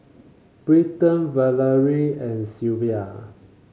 Britton Valery and Sylvia